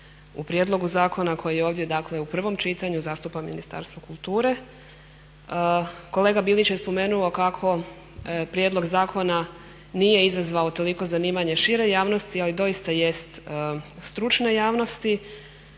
u prijedlogu zakona koji ovdje, dakle u prvom čitanju zastupa Ministarstvo kulture. Kolega Bilić je spomenuo kako prijedlog zakona nije izazvao toliko zanimanje šire javnosti, ali doista jest stručne javnosti.